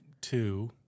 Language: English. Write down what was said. Two